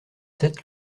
sept